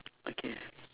okay